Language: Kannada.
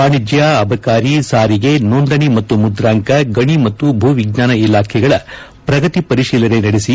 ವಾಣಿಜ್ಯ ಅಬಕಾರಿ ಸಾರಿಗೆ ನೋಂದಣಿ ಮತ್ತು ಮುದ್ರಾಂಕ ಗಣಿ ಮತ್ತು ಭೂ ವಿಜ್ಞಾನ ಇಲಾಖೆಗಳ ಪ್ರಗತಿ ಪರಿಶೀಲನೆ ನಡೆಸಿ